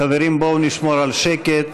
חברים, בואו נשמור על שקט.